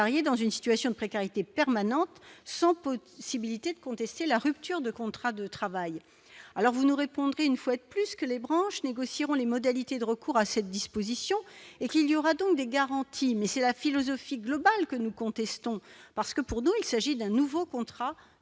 dans une situation de précarité permanente s'opposent similitude contester la rupture de contrat de travail, alors vous nous répondent une fois de plus que les branches négocieront les modalités de recours à cette disposition et qu'il y aura donc des garanties, mais c'est la philosophie globale que nous contestons parce que pour nous il s'agit d'un nouveau contrat